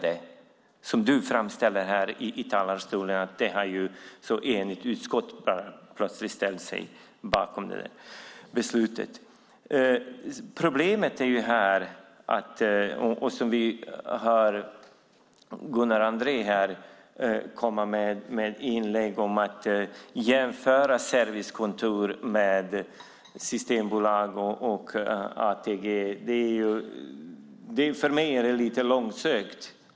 Det började inte som du framställde det här i talarstolen - att det plötsligt var ett enigt utskott som ställde sig bakom beslutet. Vi hörde Gunnar Andrén här komma med ett inlägg där han jämför servicekontor med systembolag och ATG. För mig är det lite långsökt.